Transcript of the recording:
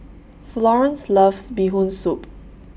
Florance loves Bee Hoon Soup